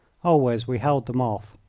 always we held them off.